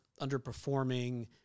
underperforming